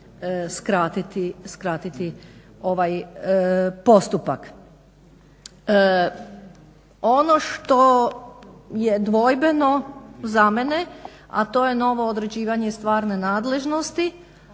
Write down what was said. skratiti ovaj postupak. Ono što je dvojbeno, za mene, a to je novo određivanje stvarne nadležnosti